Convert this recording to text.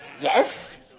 Yes